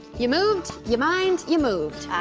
ya moved, ya mined, ya moved.